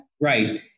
Right